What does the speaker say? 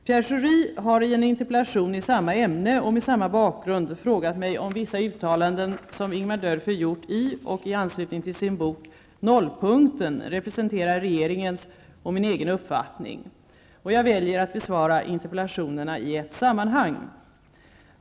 Pierre Schori har i en interpellation i samma ämne och med samma bakgrund frågat mig om vissa uttalanden som Ingemar Dörfer gjort i och i anslutning till sin bok ''Nollpunkten'' representerar regeringens och min egen uppfattning. Jag väljer att besvara interpellationerna i ett sammanhang.